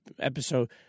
episode